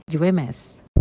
UMS